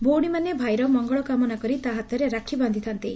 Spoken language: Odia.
ଭଉଣୀମାନେ ଭାଇର ମଙ୍ଗଳକାମନା କରି ତା ହାତରେ ରାକ୍ଷୀ ବାକ୍ଷିଥାନ୍ତି